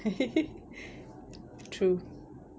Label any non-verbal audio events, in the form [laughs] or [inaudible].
[laughs] true